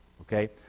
Okay